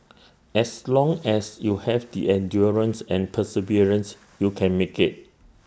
as long as you have the endurance and perseverance you can make IT